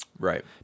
Right